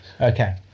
Okay